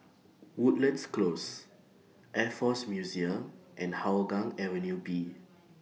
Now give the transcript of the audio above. Woodlands Close Air Force Museum and Hougang Avenue B